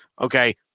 Okay